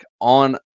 on